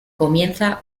comienza